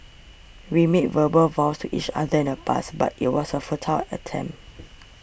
we made verbal vows to each other in the past but it was a futile attempt